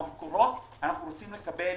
אנחנו רוצים לקבל